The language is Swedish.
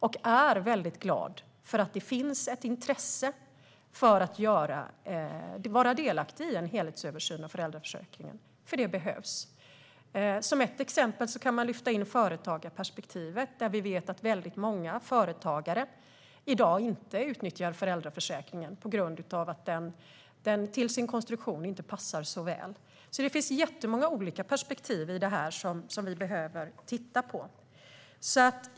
Jag är väldigt glad över att det finns ett intresse av att vara delaktig i en helhetsöversyn av föräldraförsäkringen. Det behövs nämligen. Som ett exempel kan man lyfta in företagarperspektivet. Vi vet att väldigt många företagare i dag inte utnyttjar föräldraförsäkringen på grund av att dess konstruktion inte passar så väl. Det finns alltså jättemånga olika perspektiv i detta som vi behöver titta på.